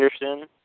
Anderson